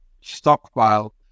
stockpile